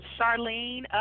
Charlene